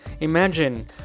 Imagine